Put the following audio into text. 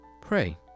Pray